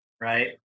right